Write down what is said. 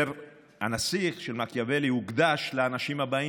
"הנסיך" של מקיאוולי הוקדש לאנשים הבאים.